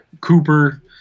Cooper